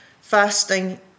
fasting